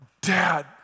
dad